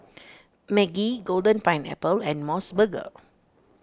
Maggi Golden Pineapple and Mos Burger